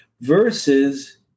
versus